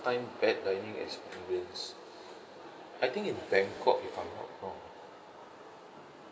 time bad dining experience I think in bangkok if I'm not wrong